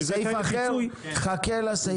זה סעיף אחר, חכה לסעיף הזה.